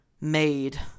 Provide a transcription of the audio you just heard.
made